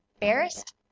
embarrassed